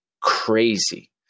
crazy